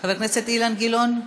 חבר הכנסת אילן גילאון,